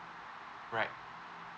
right